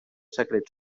secrets